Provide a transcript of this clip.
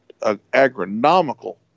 agronomical